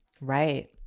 right